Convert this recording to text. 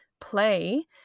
play